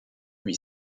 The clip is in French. lui